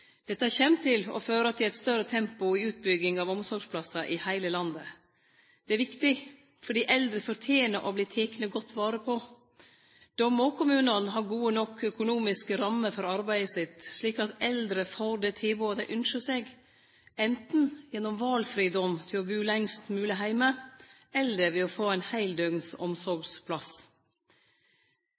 Dette kjem til å føre til eit større tempo i utbygginga av omsorgsplassar i heile landet. Det er viktig, for dei eldre fortener å verte tekne godt vare på. Då må kommunane ha gode nok økonomiske rammer for arbeidet sitt, slik at eldre får det tilbodet dei ynskjer seg, anten gjennom valfridom til å bu lengst mogleg heime eller ved å få ein heildøgns omsorgsplass.